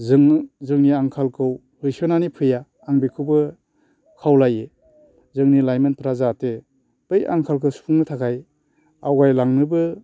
जों जोंनि आंखालखौ होसोनानै फैया आं बेखौबो खावलायो जोंनि लाइमोनफोरा जाहाथे बै आंखालखौ सुफुंनो थाखाय आवगाय लांनोबो